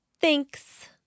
thanks